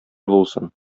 булсын